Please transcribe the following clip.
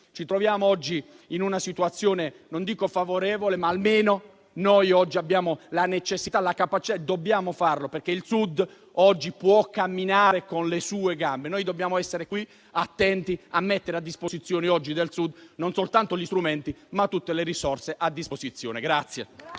Ci troviamo in una situazione non dico favorevole, ma almeno abbiamo la necessità e la capacità; dobbiamo farlo, perché il Sud può camminare con le sue gambe. Noi dobbiamo essere qui, attenti, a mettere a disposizione del Sud non soltanto gli strumenti, ma tutte le risorse a disposizione.